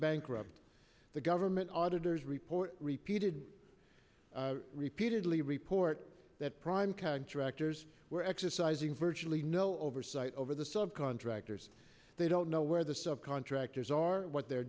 bankrupt the government auditors report repeated repeatedly report that prime contractors were exercising virtually no oversight over the sub contractors they don't know where the sub contractors are and what they're